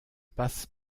passe